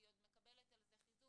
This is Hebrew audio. והיא עוד מקבלת על זה חיזוק?